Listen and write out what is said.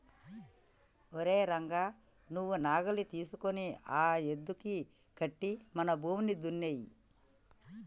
ఓరై రంగ నువ్వు నాగలి తీసుకొని ఆ యద్దుకి కట్టి మన భూమిని దున్నేయి